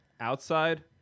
Outside